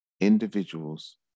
individuals